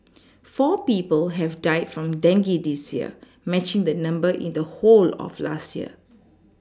four people have died from dengue this year matching the number in the whole of last year